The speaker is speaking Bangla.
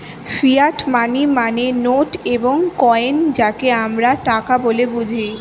ফিয়াট মানি মানে নোট এবং কয়েন যাকে আমরা টাকা বলে বুঝি